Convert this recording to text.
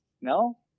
no